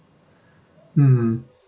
mm